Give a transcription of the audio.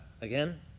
again